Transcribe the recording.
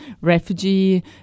refugee